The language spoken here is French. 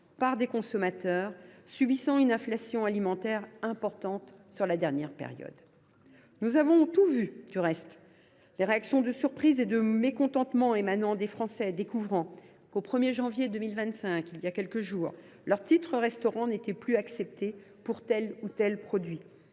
par des consommateurs subissant une inflation alimentaire importante durant la dernière période. Nous avons tous vu, du reste, les réactions de surprise et de mécontentement émanant des Français découvrant il y a quelques jours que, le 1 janvier 2025, leur titre restaurant n’était plus accepté pour tel ou tel produit,